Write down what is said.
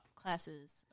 classes